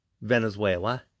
Venezuela